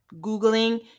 Googling